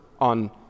on